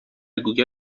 گوگل